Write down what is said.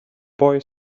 boy